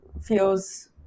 feels